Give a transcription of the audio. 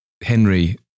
Henry